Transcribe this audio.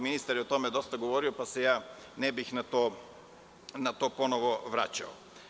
Ministar je o tome dosta govorio, pa se ne bih na to ponovo vraćao.